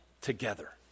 Together